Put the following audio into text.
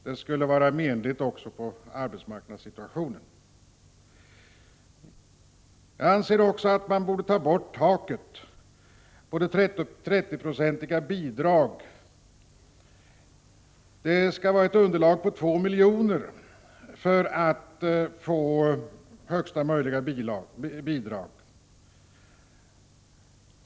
Det skulle inverka menligt också på arbetsmarknadssituationen. Jag anser också att man borde ta bort taket på det 30-procentiga bidraget. Det skall vara ett underlag på 2 milj.kr. för att man skall få högsta möjliga bidrag.